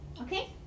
Okay